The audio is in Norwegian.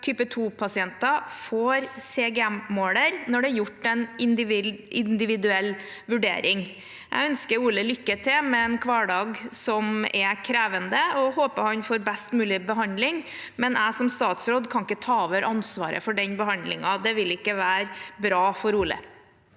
Type 2-pasienter får en CGM-måler når det er gjort en individuell vurdering. Jeg ønsker Ole lykke til med en hverdag som er krevende, og jeg håper han får best mulig behandling, men jeg som statsråd kan ikke ta over ansvaret for den behandlingen. Det ville ikke være bra for Ole.